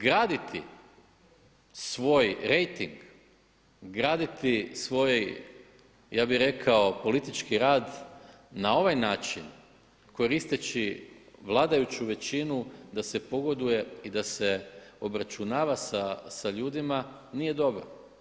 Graditi svoj rejting, graditi svoj ja bih rekao politički rad na ovaj način koristeći vladajuću većinu da se pogoduje i da se obračunava sa ljudima nije dobro.